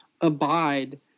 abide